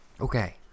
Okay